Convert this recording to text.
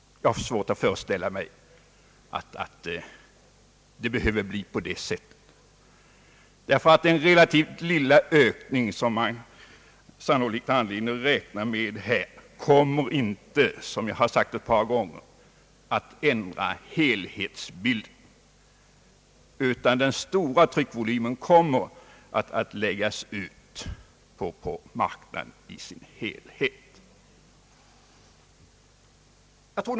Jag har svårt att föreställa mig att utvecklingen behöver bli sådan. Den relativt lilla ökning som man här har anledning att räkna med kommer inte, såsom jag har sagt ett par gånger, att ändra helhetsbilden. Den stora tryckvolymen kommer att läggas ut på marknaden i dess helhet.